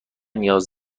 نیاز